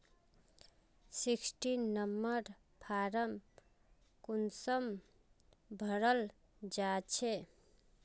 Sixteen number form कुंसम भराल जाछे?